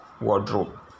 wardrobe